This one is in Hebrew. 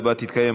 נתקבלה.